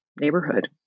neighborhood